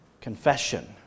Confession